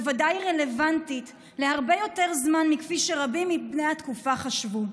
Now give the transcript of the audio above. בוודאי רלוונטית להרבה יותר זמן מכפי שרבים מבני התקופה חשבו.